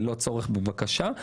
ללא צורך בבקשה.